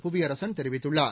புவியரசன் தெரிவித்துள்ளார்